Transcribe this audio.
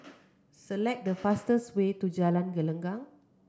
select the fastest way to Jalan Gelenggang